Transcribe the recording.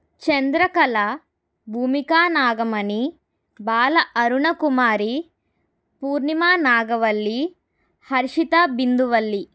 Chandrakala Bhumika Nagamani Bala Arunakumari Purni Managavalli Harshita Binduvalli